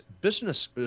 business